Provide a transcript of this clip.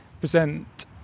present